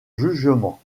jugement